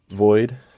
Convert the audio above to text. Void